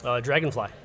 Dragonfly